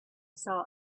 saw